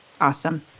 Awesome